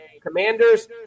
Commanders